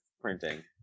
printing